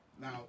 Now